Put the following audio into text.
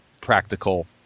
practical